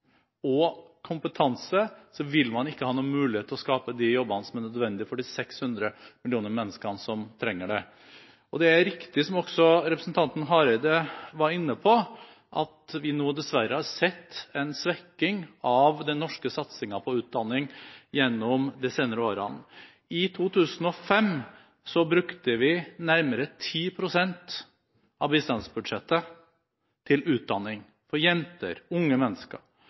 og kompetanse vil man ikke ha noen mulighet til å skape de jobbene som er nødvendig for de 600 millioner menneskene som trenger det. Det er også riktig, som representanten Hareide var inne på, at vi dessverre har sett en svekking av den norske satsingen på utdanning gjennom de senere årene. I 2005 brukte vi nærmere 10 pst. av bistandsbudsjettet til utdanning for bl.a. jenter og unge mennesker.